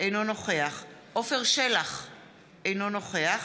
אינו נוכח